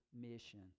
mission